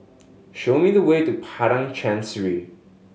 show me the way to Padang Chancery